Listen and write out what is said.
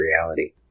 reality